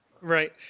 Right